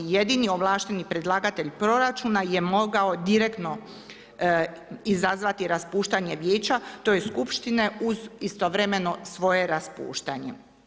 Jedini ovlašteni predlagatelj proračuna je mogao direktno izazvati raspuštanje vijeća, tj. skupštine uz istovremeno svoje raspuštanje.